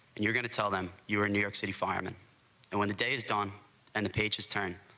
you're going to tell them you are new york city fireman and when the days don and the pages turn,